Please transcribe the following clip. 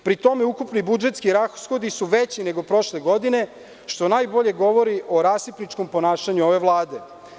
Pri tome, ukupni budžetski rashodi su veći nego prošle godine, što najbolje govori o rasipničkom ponašanju ove vlade.